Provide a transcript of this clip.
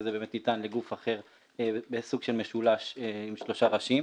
וזה באמת ניתן לגוף אחר בסוג של משולש בעל שלושה ראשים.